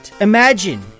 Imagine